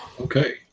Okay